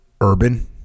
urban